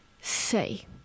say